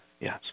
yes